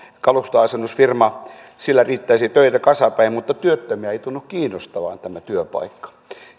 kalusteasennusfirmalla riittäisi töitä kasapäin mutta työttömiä ei tunnu kiinnostavan tämä työpaikka